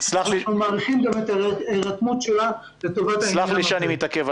ואנחנו גם מעריכים את ההירתמות שלה לטובת העניין הזה.